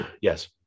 Yes